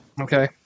Okay